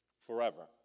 forever